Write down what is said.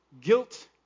guilt